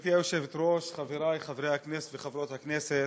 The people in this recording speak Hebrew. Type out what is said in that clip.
גברתי היושבת-ראש, חברי חברי הכנסת וחברות הכנסת,